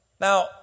Now